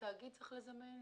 את התאגיד צריך לזמן,